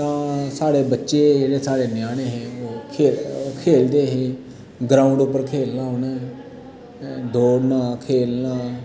तां साढ़े बच्चे साढ़े जेह्ड़े ञ्यानें हे खेलदे हे ग्राउंड पर खेलना उनैं दौड़ना खेलना